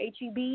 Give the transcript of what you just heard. HEB